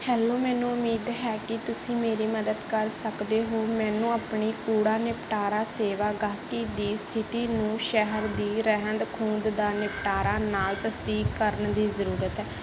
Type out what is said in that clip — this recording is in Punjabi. ਹੈਲੋ ਮੈਨੂੰ ਉਮੀਦ ਹੈ ਕਿ ਤੁਸੀਂ ਮੇਰੀ ਮਦਦ ਕਰ ਸਕਦੇ ਹੋ ਮੈਨੂੰ ਆਪਣੀ ਕੂੜਾ ਨਿਪਟਾਰਾ ਸੇਵਾ ਗਾਹਕੀ ਦੀ ਸਥਿਤੀ ਨੂੰ ਸ਼ਹਿਰ ਦੀ ਰਹਿੰਦ ਖੂੰਹਦ ਦਾ ਨਿਪਟਾਰਾ ਨਾਲ ਤਸਦੀਕ ਕਰਨ ਦੀ ਜ਼ਰੂਰਤ ਹੈ